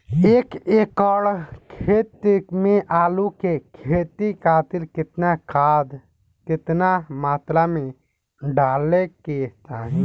एक एकड़ खेत मे आलू के खेती खातिर केतना खाद केतना मात्रा मे डाले के चाही?